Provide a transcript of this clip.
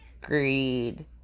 greed